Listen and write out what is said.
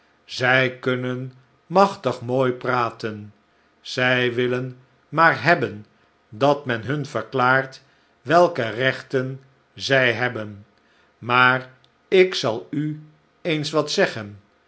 zij kunnen machtig mooi praten zij willen maar hebben dat men hun verklaart welke rechten zij hebben maar ik zal u eens wat zeggen